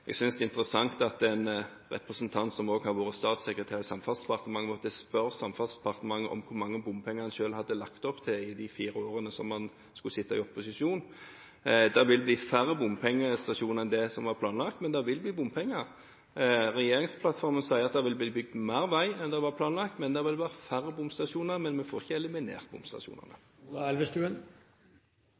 Jeg synes det er interessant at en representant som også har vært statssekretær i Samferdselsdepartementet, måtte spørre Samferdselsdepartementet om hvor mange bompengestasjoner en selv hadde lagt opp til i de fire årene man skulle sitte i opposisjon. Det vil bli færre bompengestasjoner enn det som var planlagt, men det vil bli bompenger. Regjeringsplattformen sier at det vil bli bygd mer vei enn det som var planlagt, men det vil være færre bomstasjoner. Men vi får ikke eliminert bomstasjonene.